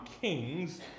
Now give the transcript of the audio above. kings